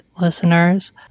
listeners